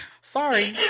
Sorry